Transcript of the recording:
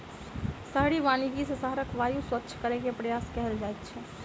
शहरी वानिकी सॅ शहरक वायु स्वच्छ करै के प्रयास कएल जाइत अछि